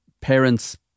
parents